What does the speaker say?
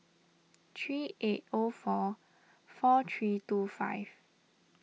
three eight O four four three two five